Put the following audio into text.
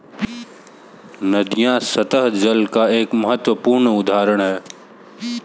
नदियां सत्तह जल का एक महत्वपूर्ण उदाहरण है